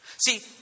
See